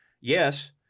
Yes